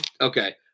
Okay